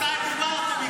מתי דיברתם איתם?